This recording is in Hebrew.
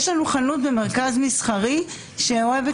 נניח יש לנו חנות במרכז מסחרי שאוהבת